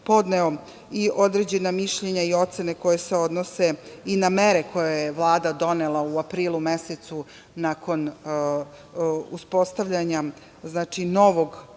i određena mišljenja i ocene koje se odnose na mere koje je Vlada donela u aprilu mesecu nakon uspostavljanja novog